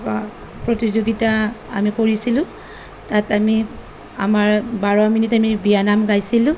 প্ৰতিযোগিতা আমি কৰিছিলোঁ তাত আমি আমাৰ বাৰ মিনিট আমি বিয়ানাম গাইছিলোঁ